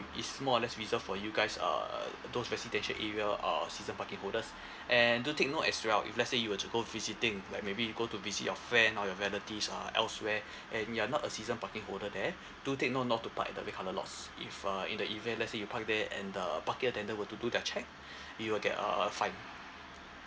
it's more or less reserved for you guys uh those residential area uh season parking holders and do take note as well if let's say you were to go visiting like maybe go to visit your friend or your relatives uh elsewhere and you're not a season parking holder there do take note not to park at the red colour lots if uh in the event let's say you park there and the parking tender will do their check you will get uh fine